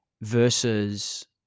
versus